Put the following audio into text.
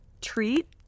treat